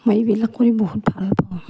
মই এইবিলাক কৰি বহুত ভাল পাওঁ